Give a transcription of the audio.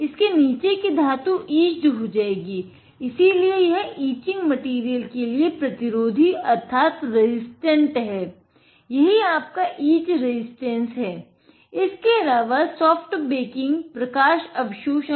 इसे each resistance कहते हैं